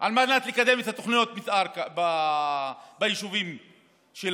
על מנת לקדם את תוכניות המתאר ביישובים שלנו,